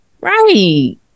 Right